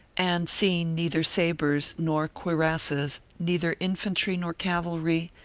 and seeing neither sabers, nor cuirasses, neither infantry nor cavalry,